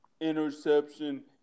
interception